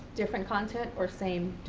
different content or same,